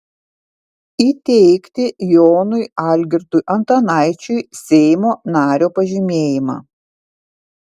įteikti jonui algirdui antanaičiui seimo nario pažymėjimą